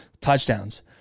touchdowns